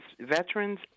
Veterans